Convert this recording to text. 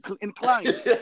inclined